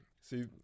see